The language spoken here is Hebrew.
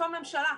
הממשלה?